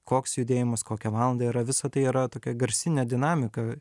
koks judėjimas kokią valandą yra visa tai yra tokia garsinė dinamika